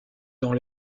dans